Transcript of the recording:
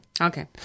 Okay